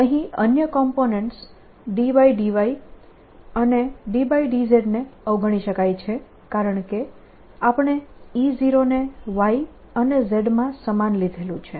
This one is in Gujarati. અહીં અન્ય કોમ્પોનેન્ટસ ∂y અને ∂z ને અવગણી શકાય છે કારણકે આપણે E0 ને y અને z માં સમાન લીધેલું છે